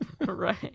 Right